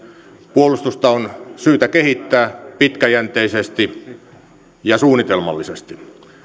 puolustusta on syytä kehittää pitkäjänteisesti ja suunnitelmallisesti